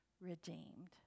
redeemed